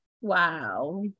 Wow